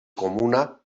comuna